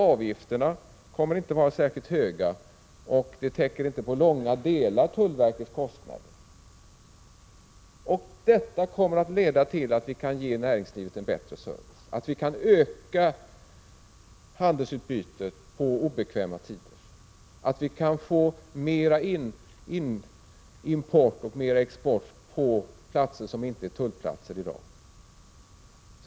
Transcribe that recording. Avgifterna kommer inte att vara särskilt höga, och de täcker inte på långt när tullverkets kostnader. Detta kommer att leda till att vi kan ge näringslivet en bättre service. Vi kommer att kunna öka handelsutbytet på obekväma tider och få mera av import och export på platser som i dag inte är tullplatser.